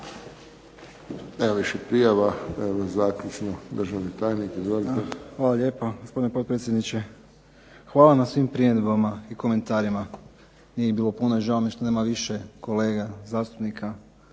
Nema više prijava pa zaključno državni tajnik. Izvolite. **Dolenc, Hrvoje** Hvala lijepo, gospodine potpredsjedniče. Hvala na svim primjedbama i komentarima. Nije ih bilo puno i žao mi je što nema više kolega zastupnika